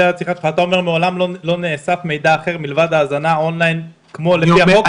אתה אומר שמעולם לא נאסף מידע אחר מלבד האזנה און ליין לפי החוק?